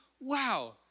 wow